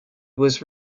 was